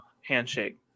handshake